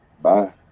Bye